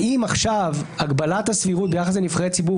האם עכשיו הגבלת הסבירות ביחס לנבחרי הציבור,